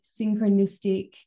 synchronistic